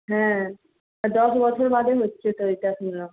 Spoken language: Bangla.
হ্যাঁ দশ বছর বাদে হচ্ছে তো এটা শুনলাম